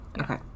Okay